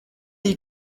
jej